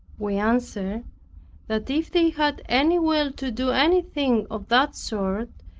we answer that if they had any will to do anything of that sort,